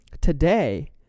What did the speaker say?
today